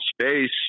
space